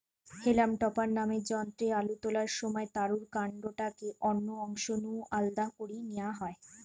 হেলাম topper নামের যন্ত্রে আলু তোলার সময় তারুর কান্ডটাকে অন্য অংশ নু আলদা করি নিয়া হয়